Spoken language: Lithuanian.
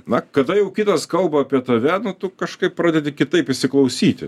na kada jau kitas kalba apie tave nu tu kažkaip pradedi kitaip įsiklausyti